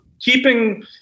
keeping